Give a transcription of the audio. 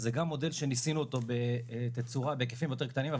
אז זה גם מודל שניסינו אותו בהיקפים יותר קטנים,